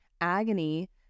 agony